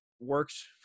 works